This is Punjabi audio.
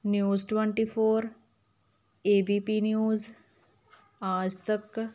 news twenty four A B P news Aaj ਤੱਕ